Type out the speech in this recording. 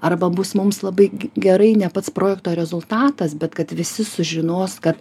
arba bus mums labai gerai ne pats projekto rezultatas bet kad visi sužinos kad